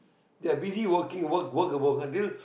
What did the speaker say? they're busy working work work work until